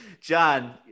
John